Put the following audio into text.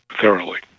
thoroughly